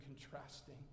contrasting